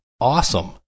awesome